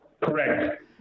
Correct